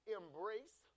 embrace